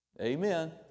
Amen